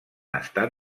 estat